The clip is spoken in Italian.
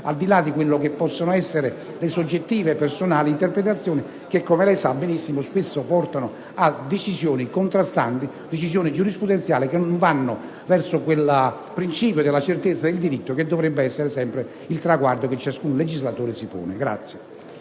al di là di quello che possono essere le soggettive e personali interpretazioni che, come lei sa benissimo, spesso portano a decisioni contrastanti, a decisioni giurisprudenziali, che non vanno verso quel principio della certezza del diritto che dovrebbe essere sempre il traguardo che ciascun legislatore si pone.